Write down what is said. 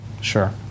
Sure